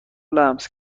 لمس